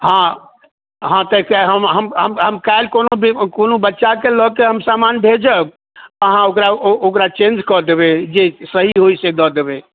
हँ हँ तऽ कए हम हम हम काल्हि कोनो बेरमे कोनो बच्चाके लऽके हम सामान भेजब अहाँ ओकरा ओ ओकरा चेन्ज कऽ देबय जे सही होइसँ दऽ देबय